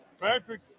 Patrick